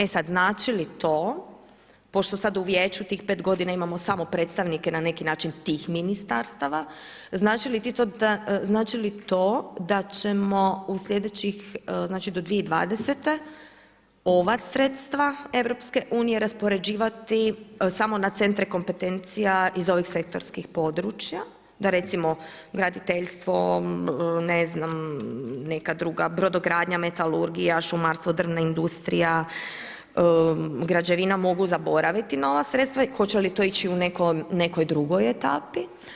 E sada, znači li to, pošto sada u vijeću tih 5 godina imamo samo predstavnike na neki način tih ministarstava, znači li to da ćemo u sljedećih znači do 2020. ova sredstva EU raspoređivati samo na centre kompetencija iz ovih sektorskih područja da recimo graditeljstvo, ne znam, neka druga, brodogradnja, metalurgija, šumarstvo, drvna industrija, građevina, mogu zaboraviti na ova sredstva, hoće li to ići u nekoj drugoj etapi?